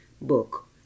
book